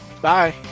Bye